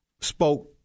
spoke